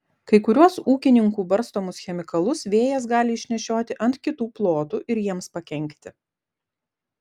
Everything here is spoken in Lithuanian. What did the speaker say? kai kuriuos ūkininkų barstomus chemikalus vėjas gali išnešioti ant kitų plotų ir jiems pakenkti